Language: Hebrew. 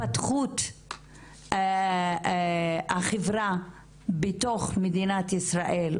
להתפתחות החברה בתוך מדינת ישראל,